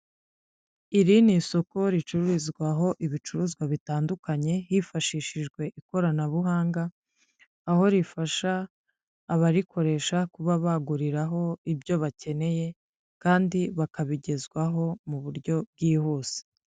Iri ni isoko ricururizwaho ibicuruzwa bitandukanye hifashishijwe ikoranabuhanga, aho rifasha abarikoresha kuba baguriraho ibyo bakeneye kandi bakabigezwaho mu buryo bwihuse.